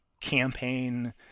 campaign